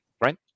Right